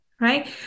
Right